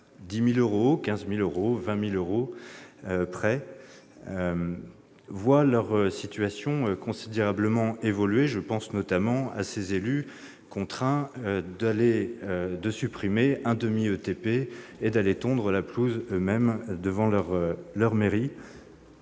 10 000 euros, 15 000 euros ou 20 000 euros près, voient leur situation considérablement évoluer. Je pense notamment à ces élus contraints de supprimer un demi-équivalent temps plein et d'aller tondre la pelouse eux-mêmes devant leur mairie,